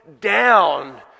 down